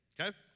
okay